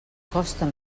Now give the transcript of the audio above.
costen